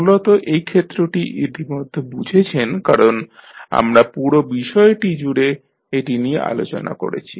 মূলত এই ক্ষেত্রটি ইতিমধ্যে বুঝেছেন কারণ আমরা পুরো বিষয়টি জুড়ে এটি নিয়ে আলোচনা করেছি